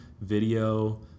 video